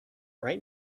right